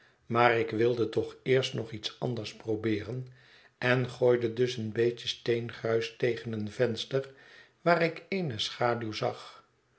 maar ik wilde toch eerst nog iets anders probeeren en gooide dus een beetje steengruis tegen een venster waar ik eene schaduw zag